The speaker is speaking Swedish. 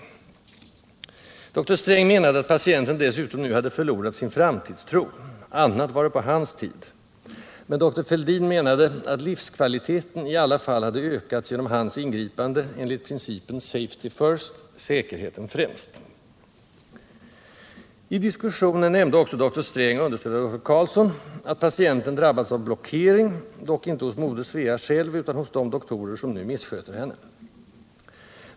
Doktor Sträng menade att patienten dessutom nu hade förlorat sin framtidstro; annat var det på hans tid, men doktor Fälldin menade att livskvaliteten i alla fall hade ökats genom hans ingripande enligt principen safety first, ”säkerheten främst”. I diskussionen nämnde också doktor Sträng, understödd av doktor Carlsson, att patienten drabbats av blockering, dock inte hos moder Svea själv utan hos de doktorer som nu missköter henne.